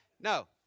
No